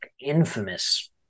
infamous